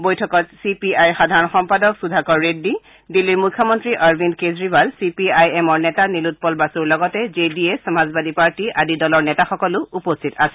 বৈঠকত C P আইৰ সাধাৰণ সম্পাদক সুধাকৰ ৰেড্ডী দিল্লীৰ মুখ্যমন্ত্ৰী Arvind Kejriwal C P I এমৰ নেতা নিলোৎপল বাসুৰ লগতে J D S Samajwadi party আদি দলৰ নেতাসকলো উপস্থিত আছিল